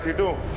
do.